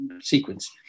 sequence